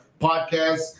podcast